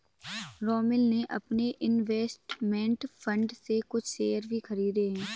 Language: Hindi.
रोमिल ने अपने इन्वेस्टमेंट फण्ड से कुछ शेयर भी खरीदे है